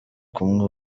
kumwe